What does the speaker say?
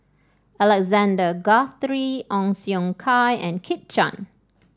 Alexander Guthrie Ong Siong Kai and Kit Chan